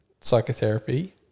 psychotherapy